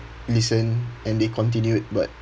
listen and they continued but